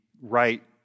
right